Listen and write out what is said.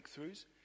breakthroughs